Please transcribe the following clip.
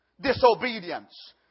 disobedience